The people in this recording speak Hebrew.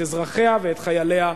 את אזרחיה ואת חייליה,